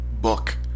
Book